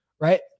Right